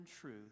truth